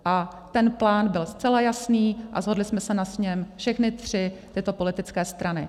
A ten plán byl zcela jasný a shodli jsme se na něm všechny tři tyto politické strany.